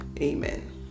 Amen